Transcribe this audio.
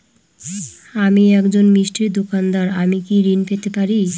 আমি একজন মিষ্টির দোকাদার আমি কি ঋণ পেতে পারি?